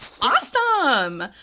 Awesome